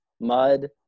Mud